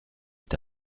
est